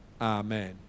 amen